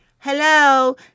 Hello